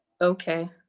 okay